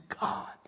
God